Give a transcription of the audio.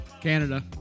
Canada